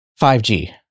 5G